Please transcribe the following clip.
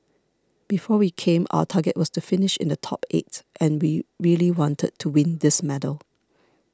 before we came our target was to finish in the top eight and we really wanted to win this medal